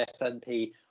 SNP